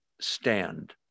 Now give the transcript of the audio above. stand